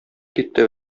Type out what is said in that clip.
китте